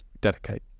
Dedicate